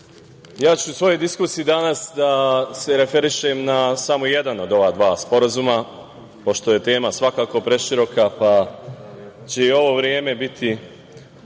ja ću u svojoj diskusiji danas da se referišem na samo jedan od ova dva sporazuma, pošto je tema svakako preširoka, pa će i ovo vreme biti